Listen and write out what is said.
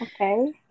Okay